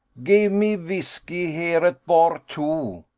give me vhiskey here at bar, too.